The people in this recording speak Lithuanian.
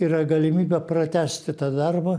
yra galimybė pratęsti tą darbą